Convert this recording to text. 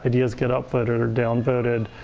ideas get upvoted or downvoted.